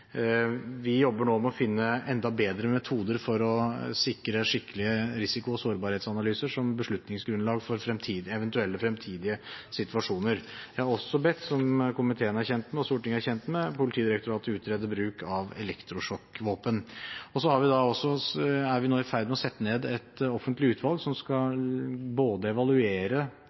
Vi jobber nå med å finne enda bedre metoder for å sikre skikkelige risiko- og sårbarhetsanalyser som beslutningsgrunnlag for eventuelle fremtidige situasjoner. Jeg har også bedt, som komiteen og Stortinget er kjent med, Politidirektoratet utrede bruk av elektrosjokkvåpen. Så er vi nå i ferd med å sette ned et offentlig utvalg som